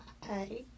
hi